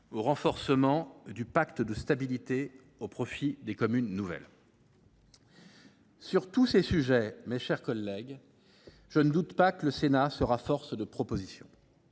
au renforcement du pacte de stabilité au profit des communes nouvelles. Sur tous ces sujets, mes chers collègues, je ne doute pas que le Sénat sera force de propositions.